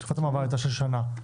תקופת המעבר הייתה של שנה.